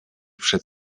przed